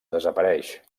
desapareix